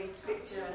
scripture